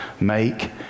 make